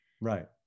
Right